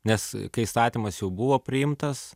nes kai įstatymas jau buvo priimtas